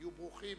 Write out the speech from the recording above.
תהיו ברוכים.